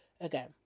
again